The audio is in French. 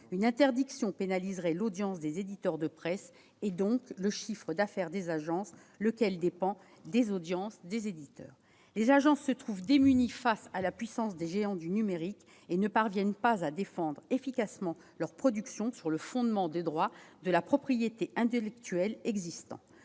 Une interdiction pénaliserait l'audience des éditeurs de presse, donc le chiffre d'affaires des agences, lequel dépend des audiences des éditeurs. Les agences se trouvent démunies face à la puissance des géants du numérique et ne parviennent pas à défendre efficacement leurs productions sur le fondement des droits de propriété intellectuelle existants.